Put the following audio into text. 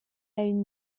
une